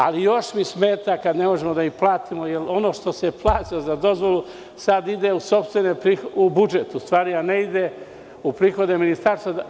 Ali, još mi smeta kada ne možemo da im platimo, jer ono što se plaća za dozvolu sada ide u budžet, a ne u prihode ministarstva.